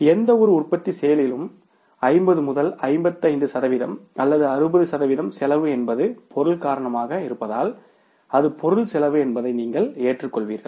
எந்தவொரு உற்பத்திச் செயலிலும் ஐம்பது முதல் ஐம்பத்தைந்து சதவீதம் அல்லது அறுபது சதவிகிதம் செலவு என்பது பொருள் காரணமாக இருப்பதால் அது பொருள் செலவு என்பதை நீங்கள் ஏற்றுக்கொள்வீர்கள்